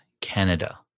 Canada